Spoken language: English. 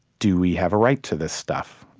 do we have a right to this stuff